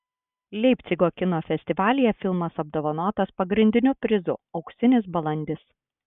leipcigo kino festivalyje filmas apdovanotas pagrindiniu prizu auksinis balandis